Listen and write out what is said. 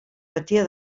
patia